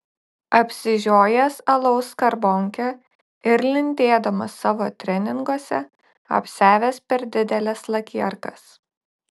apsižiojęs alaus skarbonkę ir lindėdamas savo treninguose apsiavęs per dideles lakierkas